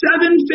seven